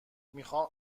میخام